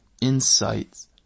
insights